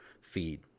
feed